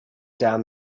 down